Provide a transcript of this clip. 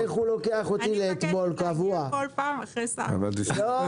זה קשור